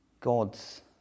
God's